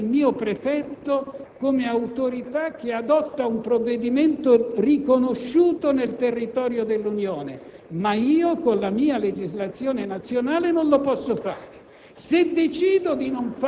ai prefetti di ciascun Paese un ruolo di accertamento per l'intero territorio dell'Unione, ma esclusivamente in quanto autorità dello Stato membro da cui l'espulsione avviene.